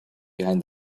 behind